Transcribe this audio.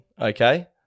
okay